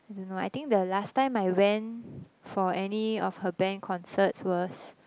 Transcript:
I don't know I think the last time I went for any of her band concerts was